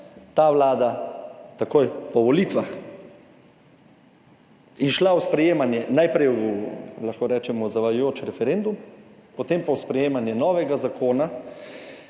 ta Vlada takoj po volitvah in šla v sprejemanje, najprej v, lahko rečemo zavajajoč referendum, potem pa v sprejemanje novega zakona,